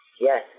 Yes